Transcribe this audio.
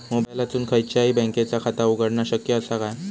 मोबाईलातसून खयच्याई बँकेचा खाता उघडणा शक्य असा काय?